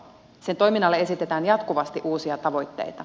sen toiminnalle esitetään jatkuvasti uusia tavoitteita